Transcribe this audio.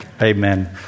Amen